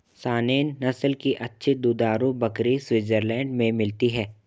Saanen नस्ल की अच्छी दुधारू बकरी स्विट्जरलैंड में मिलती है